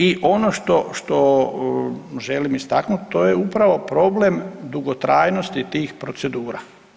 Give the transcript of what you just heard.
I ono što želim istaknuti to je upravo problem dugotrajnosti tih procedura.